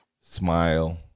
smile